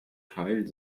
teil